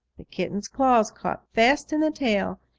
the kitten's claws caught fast in the tail,